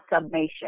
submission